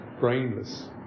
brainless